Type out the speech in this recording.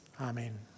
Amen